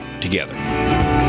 together